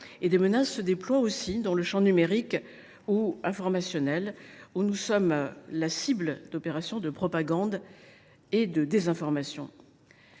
Elles se déploient aussi dans le champ numérique ou informationnel, où nous sommes la cible d’opérations de propagande et de désinformation.